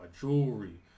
jewelry